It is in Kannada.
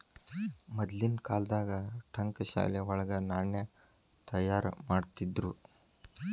ಮದ್ಲಿನ್ ಕಾಲ್ದಾಗ ಠಂಕಶಾಲೆ ವಳಗ ನಾಣ್ಯ ತಯಾರಿಮಾಡ್ತಿದ್ರು